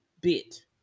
bit